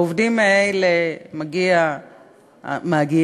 לעובדים האלה